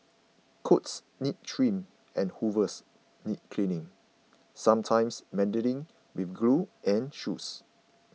coats need trims and hooves need cleaning sometimes mending with glue and shoes